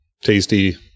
tasty